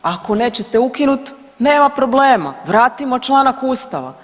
Ako nećete ukinuti nema problema, vratimo članak Ustava.